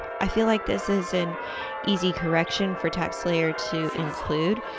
i feel like this is an easy correction for taxslayer to include,